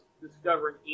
discovering